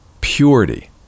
purity